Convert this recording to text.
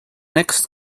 next